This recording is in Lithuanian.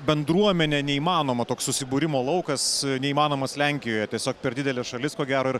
bendruomenė neįmanoma toks susibūrimo laukas neįmanomas lenkijoje tiesiog per didelė šalis ko gero ir